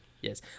Yes